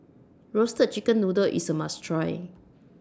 Roasted Chicken Noodle IS A must Try